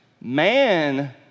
man